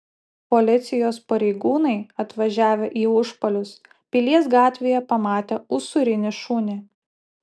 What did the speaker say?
policijos pareigūnai atvažiavę į užpalius pilies gatvėje pamatė usūrinį šunį